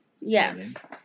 Yes